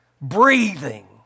breathing